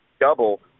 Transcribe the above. double